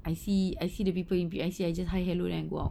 I see I see the people in P_I_C I just hi hello then I go out